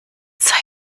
sei